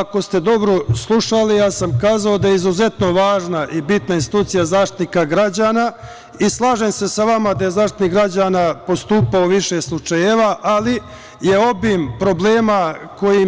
Ako ste dobro slušali, ja sam kazao da je izuzetno važna i bitna institucija Zaštitnik građana i slažem se sa vama da je Zaštitnik građana postupao u više slučajeva, ali je obim problema